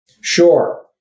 sure